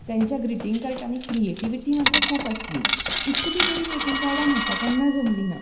तेंच्या ग्रीटिंग कार्डांनी क्रिएटिव्हीटी मात्र खूब आसली इतलीं बरीं ग्रीटिंग कार्डां म्हाका केन्ना जमलीं ना